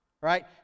right